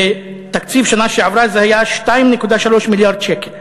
בתקציב שנה שעברה זה היה 2.3 מיליארד שקל,